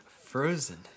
Frozen